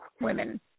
women